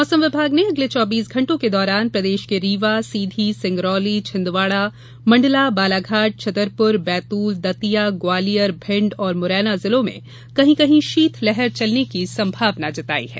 मौसम विभाग ने अगले चौबीस घण्टों के दौरान प्रदेश के रीवा सीधी सिंगरौली छिंदवाड़ा मण्डला बालाघाट छतरपुर बैतूल दतिया ग्वालियर भिण्ड और मुरैना जिलों में कहीं कहीं शीतलहर चलने की संभावना जताई है